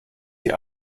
die